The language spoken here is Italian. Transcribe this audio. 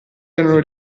erano